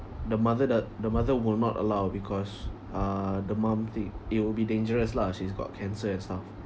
the mother doe~ the mother will not allow because uh the mum think it will be dangerous lah she's got cancer and stuff